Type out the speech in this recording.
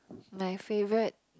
my favourite